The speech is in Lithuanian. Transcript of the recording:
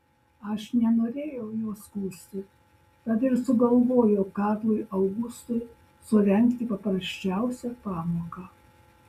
aš nenorėjau jo skųsti tad ir sugalvojau karlui augustui surengti paprasčiausią pamoką